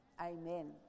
Amen